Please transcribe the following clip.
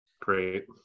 Great